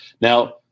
Now